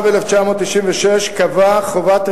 חוק העסקת עובדים על-ידי קבלני כוח-אדם,